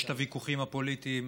יש את הוויכוחים הפוליטיים.